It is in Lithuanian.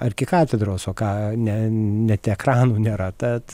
arkikatedros o ką ne net ekranų nėra tad